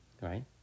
right